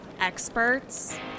experts